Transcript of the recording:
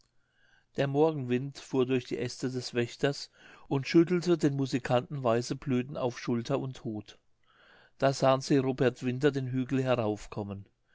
der morgenwind fuhr durch die äste des wächters und schüttelte den musikanten weiße blüten auf schulter und hut da sahen sie robert winter den hügel